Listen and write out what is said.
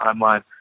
timeline